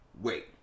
Wait